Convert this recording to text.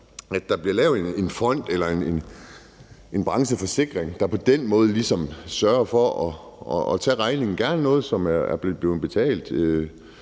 at der bliver lavet en fond eller en brancheforsikring, der på den måde ligesom sørger for at tage regningen, og det må gerne være noget, som er blevet betalt